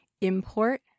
import